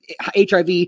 HIV